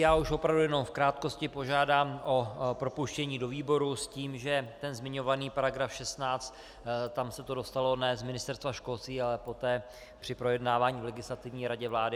Já už opravdu jenom v krátkosti požádám o propuštění do výborů s tím, že ten zmiňovaný § 16, tam se to dostalo ne z Ministerstva školství, ale poté, při projednávání v Legislativní radě vlády.